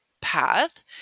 path